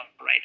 right